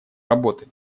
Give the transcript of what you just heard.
работы